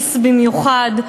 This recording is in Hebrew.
ומכעיס במיוחד.